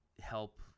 help